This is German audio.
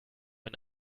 ein